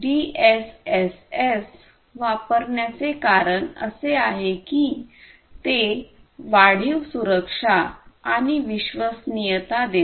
DSSS वापरण्याचे कारण असे आहे की ते वाढीव सुरक्षा आणि विश्वसनीयता देते